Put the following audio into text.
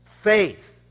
faith